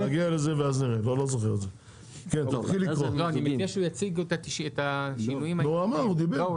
ולא עושים כלום כדי שזה יהיה, אז לא